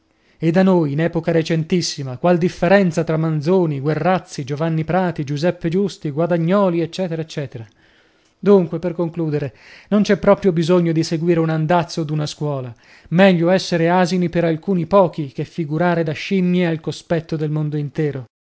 e da noi in epoca recentissima qual differenza tra manzoni guerrazzi giovanni prati giuseppe giusti guadagnoli ecc ecc dunque per concludere non c'è proprio bisogno di seguire un andazzo od una scuola meglio essere asini per alcuni pochi che figurare da scimmie al cospetto del mondo intero